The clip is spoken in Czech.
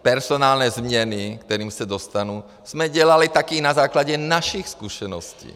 Personální změny, ke kterým se dostanu, jsme dělali také na základě našich zkušeností.